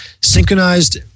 synchronized